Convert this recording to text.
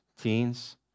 teens